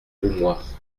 roumois